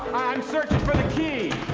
searching for the key.